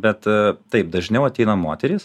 bet taip dažniau ateina moterys